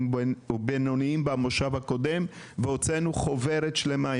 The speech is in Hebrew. ובינוניים במושב הקודם והוצאנו חוברת שלמה.